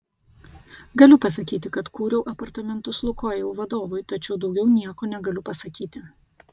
galiu pasakyti kad kūriau apartamentus lukoil vadovui tačiau daugiau nieko negaliu pasakyti